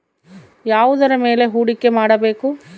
ಯಾವುದರ ಮೇಲೆ ಹೂಡಿಕೆ ಮಾಡಬೇಕು?